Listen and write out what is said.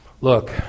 Look